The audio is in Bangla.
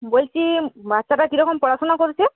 বলছি বাচ্চাটা কীরকম পড়াশোনা করছে